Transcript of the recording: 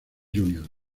juniors